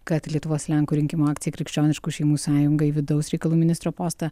kad lietuvos lenkų rinkimų akcijai krikščioniškų šeimų sąjungai vidaus reikalų ministro postą